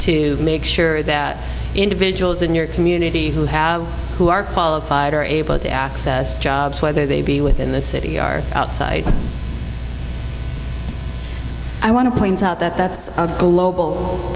to make sure that individuals in your community who have who are qualified are able to access jobs whether they be within the city are outside i want to point out that that's a global